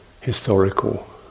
historical